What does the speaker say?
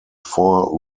four